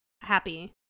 happy